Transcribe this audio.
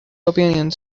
opinions